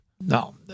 No